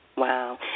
Wow